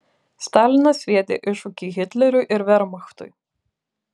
stalinas sviedė iššūkį hitleriui ir vermachtui